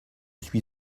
suis